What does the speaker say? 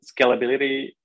scalability